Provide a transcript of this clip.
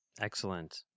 Excellent